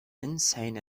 insane